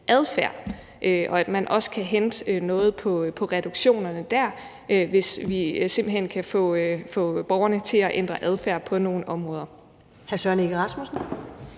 adfærd, og at man også kan hente noget på reduktionerne der, hvis vi simpelt hen kan få borgerne til at ændre adfærd på nogle områder.